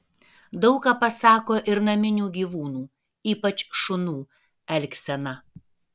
daug ką pasako ir naminių gyvūnų ypač šunų elgsena